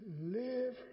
live